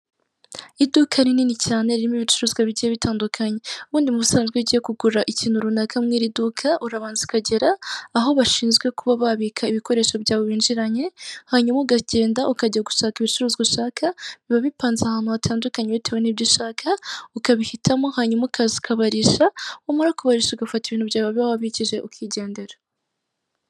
Iduka rinini cyane ririmo ibicuruzwa bigiye bitandukanye, ubundi mu busanzwe iyo ugiye kugura ikintu runaka mu iriduka urabanza ukagera aho bashinzwe kuba babika ibikoresho byawe winjiranye, hanyuma ugagenda ukajya gushaka ibicuruzwa ushaka biba bipanze ahantu hatandukanye bitewe n'ibyo ushaka ukabihitamo hanyuma ukaza ukabarisha, wamara kubarisha ugafata ibintu byawe uba wabikije ukigendera.